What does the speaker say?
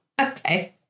Okay